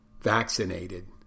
vaccinated